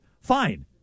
Fine